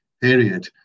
period